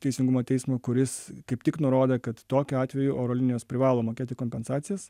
teisingumo teismui kuris kaip tik nurodė kad tokiu atveju oro linijos privalo mokėti kompensacijas